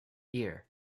ear